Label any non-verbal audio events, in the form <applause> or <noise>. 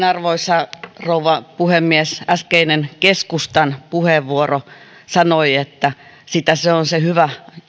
<unintelligible> arvoisa rouva puhemies äskeinen keskustan puheenvuoro sanoi että sitä on se hyvä